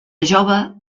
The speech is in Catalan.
jove